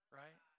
right